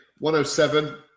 107